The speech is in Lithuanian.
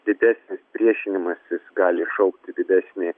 didesnis priešinimasis gali iššaukti didesnį